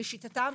לשיטתם,